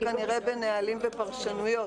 זה כנראה בנהלים ופרשנויות.